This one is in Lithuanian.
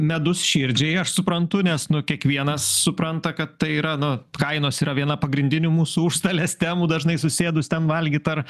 medus širdžiai aš suprantu nes nu kiekvienas supranta kad tai yra nu kainos yra viena pagrindinių mūsų užstalės temų dažnai susėdus ten valgyt ar